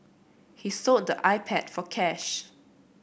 he sold the iPad for cash